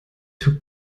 took